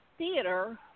theater